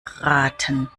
raten